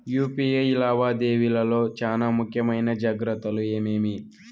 UPI లావాదేవీల లో చానా ముఖ్యమైన జాగ్రత్తలు ఏమేమి?